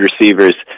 receivers